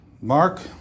Mark